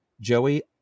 Joey